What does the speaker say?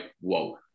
whoa